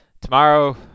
tomorrow